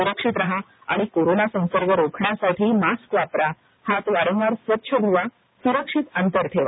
सु्रक्षित राहा आणि कोरोना संसर्ग रोखण्यासाठी मास्क वापरा हात वारवार स्वच्छ धुवा सुरक्षित अंतर ठेवा